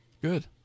good